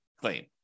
claim